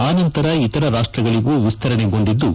ಆನಂತರ ಇತರ ರಾಷ್ಲಗಳಗೂ ವಿಸ್ತರಣೆಗೊಂಡಿದ್ದು